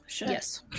Yes